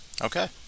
Okay